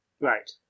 Right